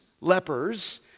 lepers